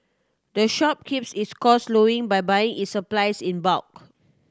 the shop keeps its costs low by buying its supplies in bulk